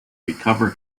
recover